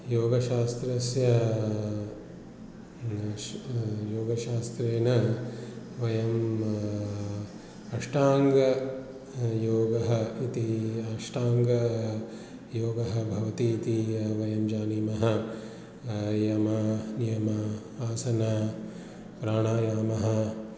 योगशास्त्रस्य न शुक् योगशास्त्रेण वयम् अष्टाङ्गयोगः इति अष्टाङ्गयोगः भवति इति वयं जानीमः यमः नियमः आसनः प्राणायामः